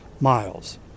miles